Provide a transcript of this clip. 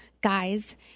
guys